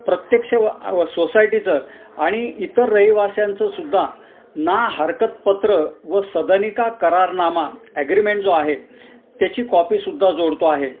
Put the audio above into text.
प्रत्यक्ष व सोसायटीचं आणि इतर रहिवाश्यांचंसुद्धा ना हरकत पत्र व सदनिका करारनामा ॲग्रीमेन जो आहे त्याची कॉपीसुद्धा जोडतो आहे